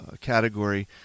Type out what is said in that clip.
category